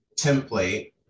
template